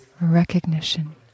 recognition